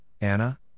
Anna